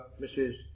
Mrs